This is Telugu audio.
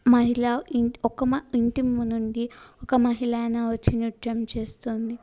మహిళా ఇంటి ఒక మహి ఇంటి ముందు నుండి ఒక మహిళ అయినా వచ్చి నృత్యం చేస్తుంది